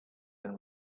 and